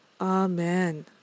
Amen